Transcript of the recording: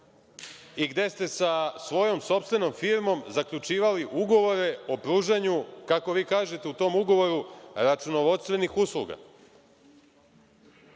i gde ste sa svojom sopstvenom firmom zaključivali ugovore o pružanju, kako vi kažete, u tom ugovoru, računovodstvenih usluga,